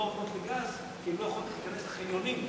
עוברות לגז כי הן לא יכולות להיכנס לחניונים,